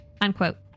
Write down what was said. Unquote